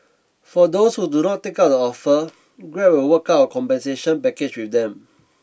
for those who do not take up the offer Grab will work out compensation package with them